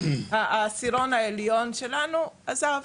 העשירון העליון שלנו עזב.